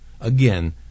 again